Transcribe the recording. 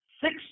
six